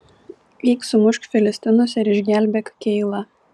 eik sumušk filistinus ir išgelbėk keilą